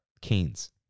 Canes